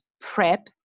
PREP